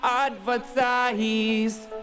advertise